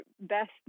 best